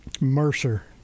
Mercer